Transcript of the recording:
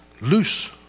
loose